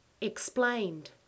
explained